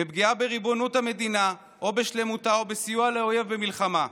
בפגיעה בריבונות המדינה או בשלמותה או בסיוע לאויב במלחמה,